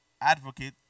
advocate